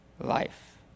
life